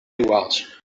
iguals